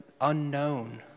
unknown